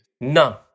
No